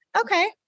okay